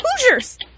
hoosiers